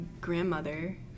grandmother